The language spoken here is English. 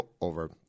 over